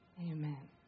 Amen